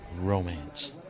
Romance